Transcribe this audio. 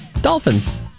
Dolphins